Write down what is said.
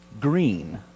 green